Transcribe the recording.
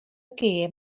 gêm